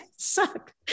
suck